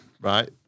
right